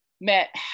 met